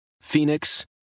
Phoenix